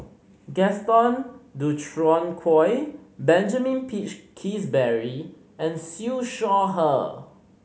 Gaston Dutronquoy Benjamin Peach Keasberry and Siew Shaw Her